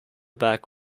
back